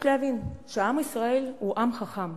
להבין, שעם ישראל הוא עם חכם.